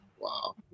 Wow